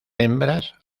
hembras